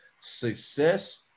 success